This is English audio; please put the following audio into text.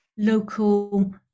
Local